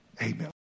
amen